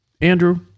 Andrew